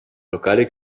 locale